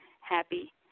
happy